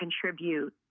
contribute